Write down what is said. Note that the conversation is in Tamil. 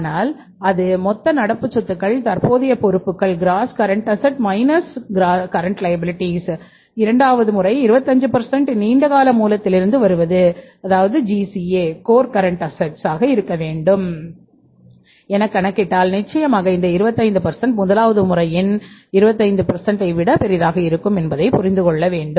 ஆனால் அது மொத்த நடப்பு சொத்துக்கள் தற்போதைய பொறுப்புகள் ஆக இருக்க வேண்டும் என கணக்கிட்டால் நிச்சயமாக இந்த 25 முதலாவது முறையின் 25 ஐ விட பெரியதாக இருக்கும் என்பதை புரிந்து கொள்ள வேண்டும்